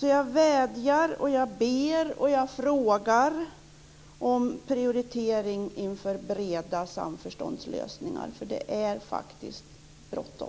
Jag vädjar, ber om och frågar efter prioritering inför breda samförståndslösningar. Det är faktiskt bråttom.